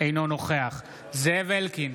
אינו נוכח זאב אלקין,